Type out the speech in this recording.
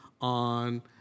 on